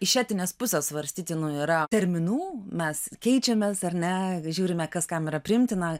iš etinės pusės svarstytinų yra terminų mes keičiamės ar ne žiūrime kas kam yra priimtina